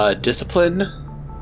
discipline